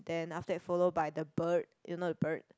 then after that follow by the bird you know the bird